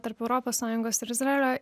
tarp europos sąjungos ir izraelio